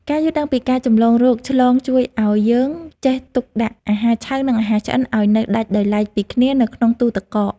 ការយល់ដឹងពីការចម្លងរោគឆ្លងជួយឱ្យយើងចេះទុកដាក់អាហារឆៅនិងអាហារឆ្អិនឱ្យនៅដាច់ដោយឡែកពីគ្នានៅក្នុងទូរទឹកកក។